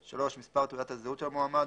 (3) מספר תעודת הזהות של המועמד,